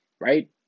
right